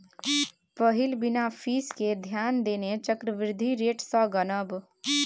पहिल बिना फीस केँ ध्यान देने चक्रबृद्धि रेट सँ गनब